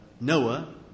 Noah